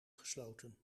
gesloten